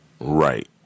Right